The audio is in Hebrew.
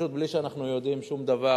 פשוט בלי שאנחנו יודעים שום דבר.